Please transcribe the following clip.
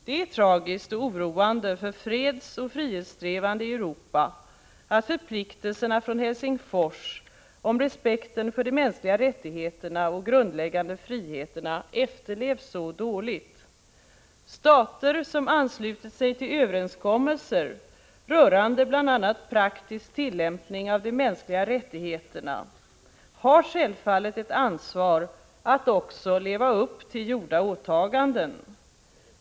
Det är tragiskt och oroande för fredsoch frihetssträvandena i Europa att förpliktelserna från Helsingfors om respekten för de mänskliga rättigheterna och grundläggande friheterna efterlevs så dåligt. Stater som anslutit sig till överenskommelser rörande bl.a. praktisk tillämpning av de mänskliga rättigheterna har självfallet ett ansvar att också leva upp till gjorda åtaganden.